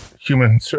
human